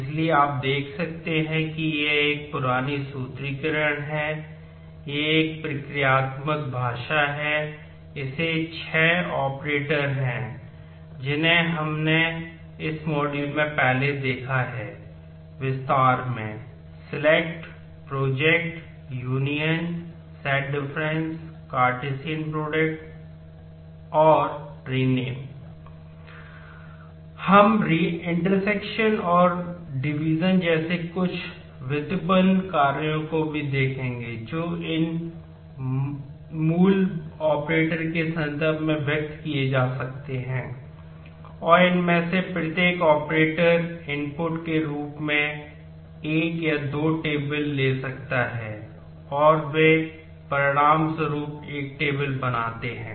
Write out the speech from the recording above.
इसलिए आप देख सकते हैं कि यह एक पुरानी सूत्रीकरण है यह एक प्रक्रियात्मक भाषा है इसमें छह ऑपरेटर बनाते हैं